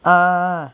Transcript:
ah ah ah